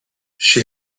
she